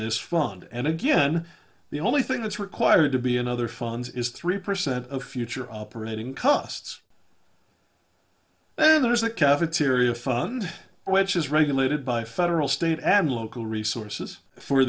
this fund and again the only thing that's required to be in other funds is three percent of future operating costs and there is a cafeteria fund which is regulated by federal state and local resources for